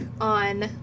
on